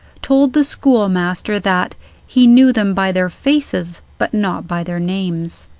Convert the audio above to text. told the schoolmaster that he knew them by their fyaces but not by their nyames.